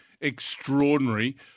extraordinary